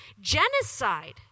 Genocide